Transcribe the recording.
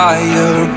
Fire